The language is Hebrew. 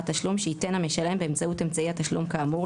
התשלום שייתן המשלם באמצעות אמצעי התשלום כאמור,